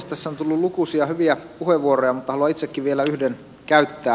tässä on tullut lukuisia hyviä puheenvuoroja mutta haluan itsekin vielä yhden käyttää